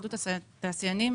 התאחדות התעשיינים,